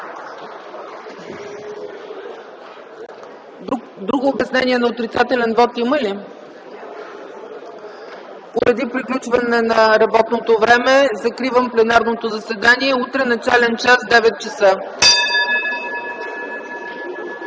друго обяснение на отрицателен вот? Не виждам. Поради приключване на работното време закривам пленарното заседание. Утре – начален час 9,00 ч.